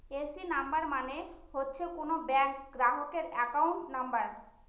AC number মানে হচ্ছে কোনো ব্যাঙ্ক গ্রাহকের একাউন্ট নাম্বার